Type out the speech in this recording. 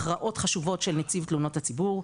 הכרעות חשובות של נציב תלונות הציבור,